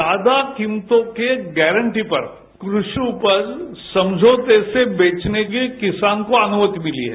ज्यादा कीमतों की गारंटी पर कृषि उपज समझौते से बेचने की किसान को अनुमति मिली है